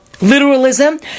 literalism